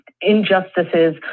injustices